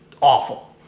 awful